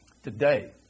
Today